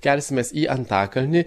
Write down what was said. kelsimės į antakalnį